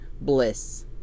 bliss